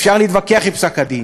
אפשר להתווכח על פסק-הדין,